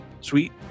sweet